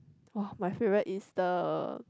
!wah! my favourite is the